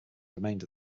remained